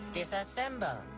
Disassemble